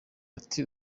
ati